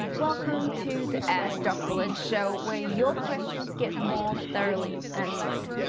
welcome to the ask dr. lin show where your questions get more thoroughly answered.